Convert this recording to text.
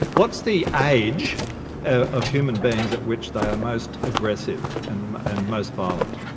what's the age of human beings at which they are most aggressive and and most violent?